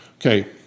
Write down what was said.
Okay